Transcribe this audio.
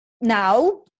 now